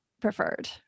preferred